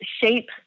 shape